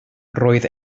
roedd